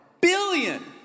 billion